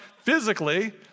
physically